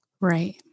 right